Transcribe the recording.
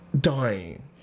dying